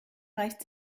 reicht